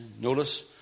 notice